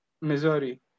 Missouri